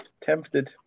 Tempted